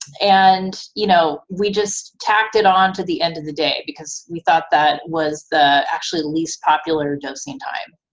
and you know we just tacked it onto the end of the day because we thought that was the actually least popular dosing time.